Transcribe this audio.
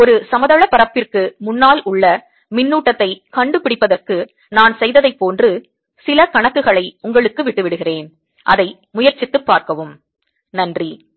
ஒரு சமதளப் பரப்பிற்க்கு முன்னால் உள்ள மின்னூட்டத்தை கண்டுபிடிப்பதற்கு நான் செய்ததை போன்று சில கணக்குகளை உங்களுக்கு விட்டுவிடுகிறேன் அதை முயற்சித்துப் பார்க்கவும்